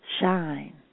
shine